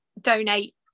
donate